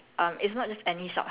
ya and